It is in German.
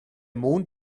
mond